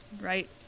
right